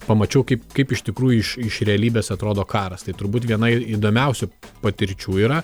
pamačiau kaip kaip iš tikrųjų iš iš realybės atrodo karas tai turbūt viena ir įdomiausių patirčių yra